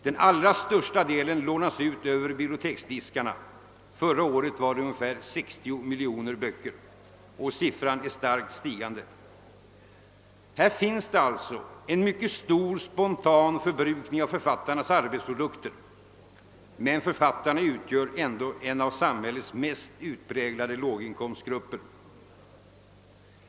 Den allra största delen lånas ut över biblioteksdiskarna — förra året var det ungefär 60 miljoner böcker, och antalet är i starkt stigande. Här finns alltså en mycket stor spontan förbrukning av författarnas arbetsprodukter — men författarna utgör ändå en av samhällets mest utpräglade låginkomstgrupper.